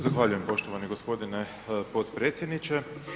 Zahvaljujem poštovani gospodine potpredsjedniče.